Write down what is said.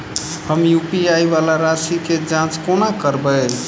हम यु.पी.आई वला राशि केँ जाँच कोना करबै?